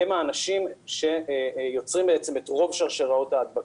הם האנשים שיוצרים את רוב שרשראות ההדבקה.